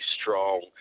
strong